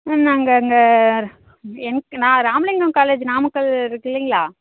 ம் நாங்கள் இங்கே என் நான் இராமலிங்கம் காலேஜு நாமக்கல் இருக்குல்லைங்களா